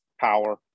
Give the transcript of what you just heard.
power